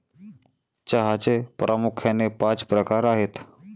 चहाचे प्रामुख्याने पाच प्रकार आहेत